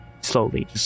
slowly